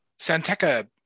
Santeca